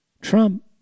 Trump